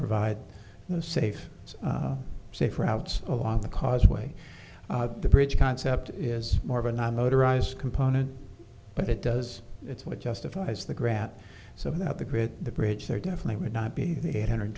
provide them safe safe routes along the causeway the bridge concept is more of a non motorized component but it does it's what justifies the grat so that the grid the bridge there definitely would not be the eight hundred